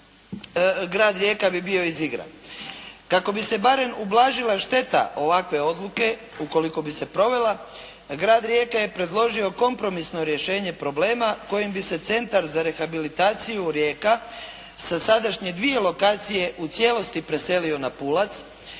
Kako bi se barem ublažila šteta ovakve odluke ukoliko bi se provela, grad Rijeka je predložio kompromisno rješenje problema kojim bi se Centar za rehabilitaciju Rijeka sa sadašnje dvije lokacije u cijelosti preselio na "Pulac"